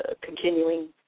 continuing